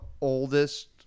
oldest